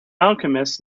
alchemist